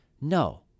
No